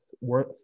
worth